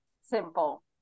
simple